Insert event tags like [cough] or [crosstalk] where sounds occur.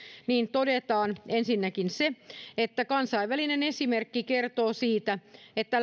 todetaan ensinnäkin se että kansainvälinen esimerkki kertoo siitä että [unintelligible]